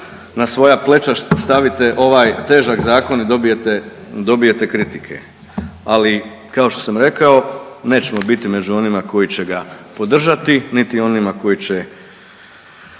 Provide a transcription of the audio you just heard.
na svoja pleća stavite ovaj težak zakon i dobijete kritike. Ali, kao što sam rekao, nećemo biti među onima koji će ga podržati niti onima koji će